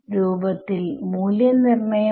ഒരേ term minus ഒരേ term plus